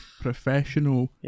Professional